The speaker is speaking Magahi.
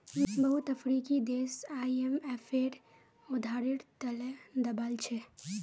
बहुत अफ्रीकी देश आईएमएफेर उधारेर त ल दबाल छ